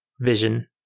vision